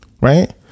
right